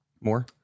more